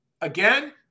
Again